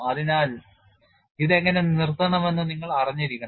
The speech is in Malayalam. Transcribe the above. അതിനാൽ ഇത് എങ്ങനെ നിർത്തണമെന്ന് നിങ്ങൾ അറിഞ്ഞിരിക്കണം